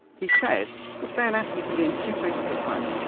he said if say an atom can be in two places at once,